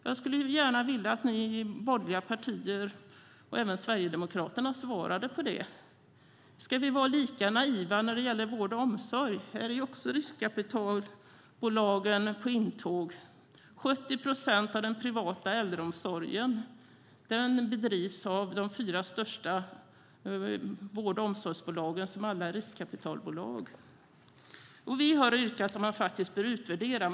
Jag skulle vilja att ni i de borgerliga partierna, även Sverigedemokraterna, svarar på frågan. Ska vi vara lika naiva när det gäller vård och omsorg? Här är också riskkapitalbolagen på intåg. 70 procent av den privata äldreomsorgen bedrivs av de fyra största vård och omsorgsbolagen, som alla är riskkapitalbolag. Vi har yrkat om att det bör ske en utvärdering.